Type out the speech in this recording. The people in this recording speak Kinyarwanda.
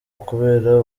ukubera